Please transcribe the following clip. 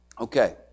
Okay